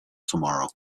tomorrow